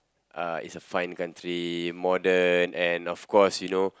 uh it's a fine country modern and of course you know